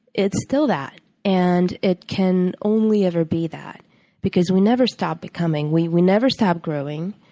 it's still that and it can only ever be that because we never stop becoming. we we never stop growing.